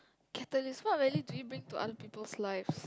catalyst what value do you bring to other people's lives